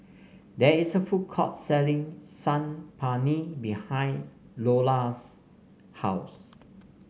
there is a food court selling Saag Paneer behind Lola's house